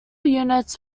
units